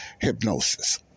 hypnosis